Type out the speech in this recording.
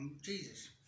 Jesus